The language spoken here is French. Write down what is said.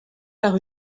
par